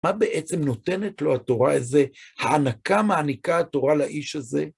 מה בעצם נותנת לו התורה הזו? הענקה מעניקה התורה לאיש הזה?